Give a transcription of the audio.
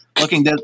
looking